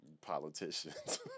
Politicians